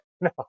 no